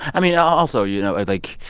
i mean, also, you know, like